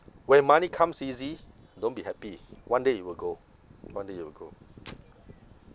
when money comes easy don't be happy one day it will go one day it will go